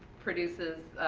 produces